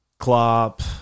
Klopp